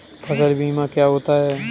फसल बीमा क्या होता है?